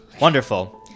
Wonderful